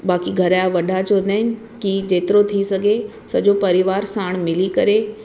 बाक़ी घर जा वॾा चवंदा आहिनि की जेतिरो थी सघे सॼो परिवार साणु मिली करे